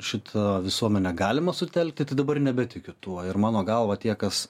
šitą visuomenę galima sutelkti tad dabar nebetikiu tuo ir mano galva tie kas